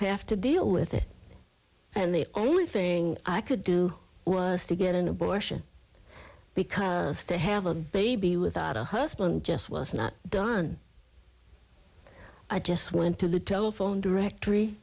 have to deal with it and the only thing i could do was to get an abortion because to have a baby without a husband just was not done i just went to the telephone directory